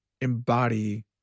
embody